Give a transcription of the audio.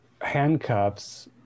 handcuffs